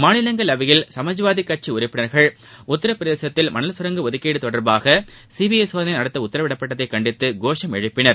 மாநிலங்களவையில் சுமாஜ்வாதி கட்சி உறுப்பினர்கள் உத்தரபிரதேசத்தில் மணல் சுரங்க ஒதுக்கீடு தொடர்பாக சிபிஐ சோதளை நடத்த உத்தரவிடப்பட்டதை கண்டித்து கோஷம் எழுப்பினர்